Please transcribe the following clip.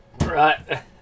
Right